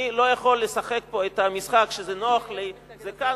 אני לא יכול לשחק פה את המשחק שכשזה נוח לי זה כאן,